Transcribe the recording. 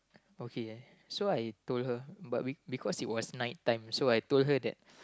okay so I told her but we because it was night time so I told her that